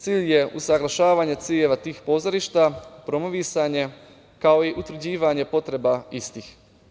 Cilj je usaglašavanje ciljeva tih pozorišta, promovisanje, kao i utvrđivanje potreba istih.